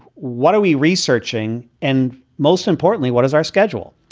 what are we researching? and most importantly, what does our schedule.